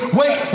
wait